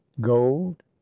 gold